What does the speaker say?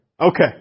Okay